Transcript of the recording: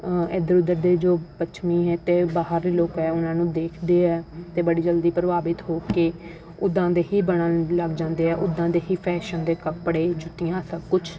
ਇੱਧਰ ਉੱਧਰ ਦੇ ਜੋ ਪੱਛਮੀ ਹੈ ਅਤੇ ਬਾਹਰਲੇ ਲੋਕ ਹੈ ਉਹਨਾਂ ਨੂੰ ਦੇਖਦੇ ਹੈ ਅਤੇ ਬੜੀ ਜਲਦੀ ਪ੍ਰਭਾਵਿਤ ਹੋ ਕੇ ਉੱਦਾਂ ਦੇ ਹੀ ਬਣਨ ਲੱਗ ਜਾਂਦੇ ਹੈ ਉੱਦਾਂ ਦੇ ਹੀ ਫੈਸ਼ਨ ਦੇ ਕੱਪੜੇ ਜੁੱਤੀਆਂ ਸਭ ਕੁਛ